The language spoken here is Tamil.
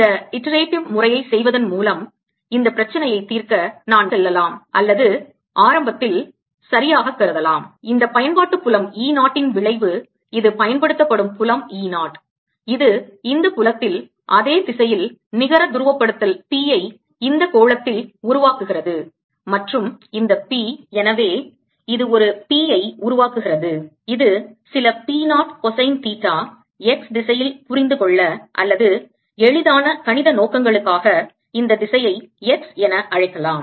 இந்த இட்ரேட்டிவ் முறையைச் செய்வதன் மூலம் இந்தப் பிரச்சினையைத் தீர்க்க நான் செல்லலாம் அல்லது ஆரம்பத்தில் சரியாகக் கருதலாம் இந்த பயன்பாட்டுப் புலம் E 0 ன் விளைவு இது பயன்படுத்தப்படும் புலம் E 0 இது இந்த புலத்தில் அதே திசையில் நிகர துருவப்படுத்தல் P ஐ இந்த கோளத்தில் உருவாக்குகிறது மற்றும் இந்த P எனவே இது ஒரு P ஐ உருவாக்குகிறது இது சில P 0 cosine தீட்டா x திசையில் புரிந்து கொள்ள அல்லது எளிதான கணிதநோக்கங்களுக்காக இந்த திசையை x என அழைக்கலாம்